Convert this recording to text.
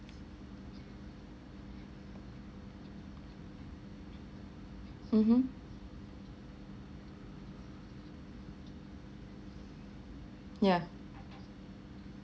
mmhmm yeah